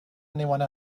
anyone